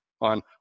on